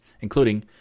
including